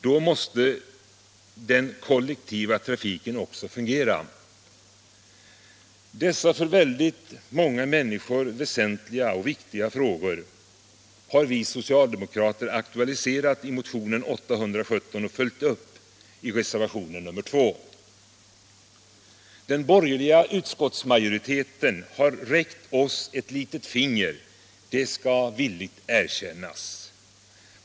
Då måste den kollektiva trafiken också fungera. Dessa för väldigt många människor väsentliga och viktiga frågor har vi socialdemokrater aktualiserat i motionen 817 och följt upp i reservationen 2. Den borgerliga utskottsmajoriteten har räckt oss ett litet finger, det skall villigt erkännas.